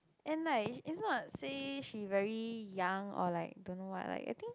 and like it's not say she very young or like don't know what like I think